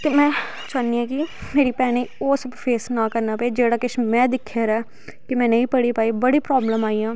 ते मैं चाह्न्नी आं कि मेरी भैनें ओह् सब फेस ना करना पवै जेह्ड़ा किश में दिक्खे दा ऐ के मैं नेंई पढ़ी पाई बड़ी प्रॉवलम आइयां